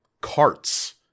carts